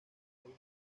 donde